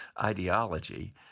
ideology